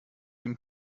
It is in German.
dem